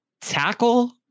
tackle